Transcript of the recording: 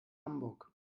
hamburg